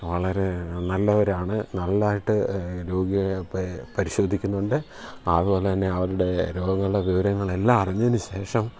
വളരെ നല്ലവരാണ് നല്ലതായിട്ട് രോഗിയെ പരിശോധിക്കുന്നുണ്ട് അതുപോലെ തന്നെ അവരുടെ രോഗങ്ങളെ വിവരങ്ങൾ എല്ലാം അറിഞ്ഞതിന് ശേഷം